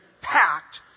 packed